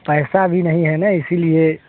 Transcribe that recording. पैसा अभी नहीं है ना इसी लिए